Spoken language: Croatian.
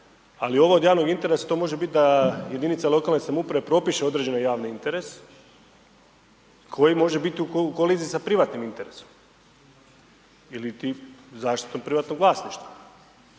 ali ovo od javnog interesa to može bit da jedinica lokalne samouprave propiše određeni javni interes koji može biti u koliziji sa privatnim interesom iliti zaštitom privatnog vlasništva,